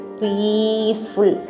peaceful